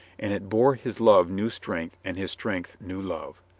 and it bore his love new strength and his strength new love.